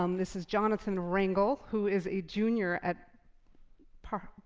um this is johnathan rangel, who is a junior at par,